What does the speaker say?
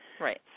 Right